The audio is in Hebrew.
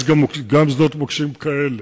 יש גם שדות מוקשים כאלה,